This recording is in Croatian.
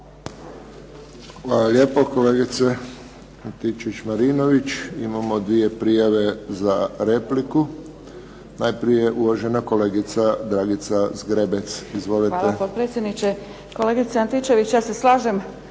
Hvala lijepo kolegice Antičević Marinović. Imamo dvije prijave za repliku. Najprije uvažena kolegica Dragica Zgrebec. Izvolite. **Zgrebec, Dragica (SDP)** Hvala potpredsjedniče. Kolegice Antičević, ja se slažem